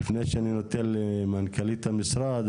לפני שאני נותן למנכ"לית המשרד,